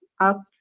up